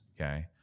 okay